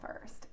first